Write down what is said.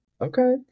Okay